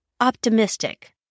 optimistic